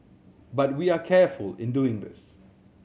but we are careful in doing this